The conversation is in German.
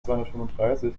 zweihundertfünfunddreißig